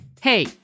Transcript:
Hey